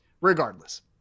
regardless